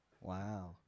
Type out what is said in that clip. Wow